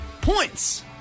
points